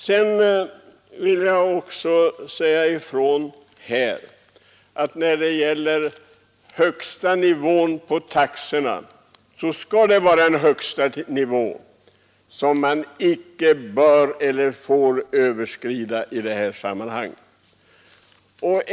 Sedan vill jag säga ifrån att det skall vara en högsta nivå på tandvårdstaxorna vilken icke får överskridas.